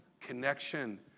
connection